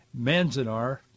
Manzanar